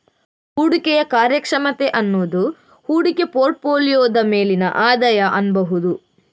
ಹೂಡಿಕೆಯ ಕಾರ್ಯಕ್ಷಮತೆ ಅನ್ನುದು ಹೂಡಿಕೆ ಪೋರ್ಟ್ ಫೋಲಿಯೋದ ಮೇಲಿನ ಆದಾಯ ಅನ್ಬಹುದು